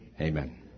Amen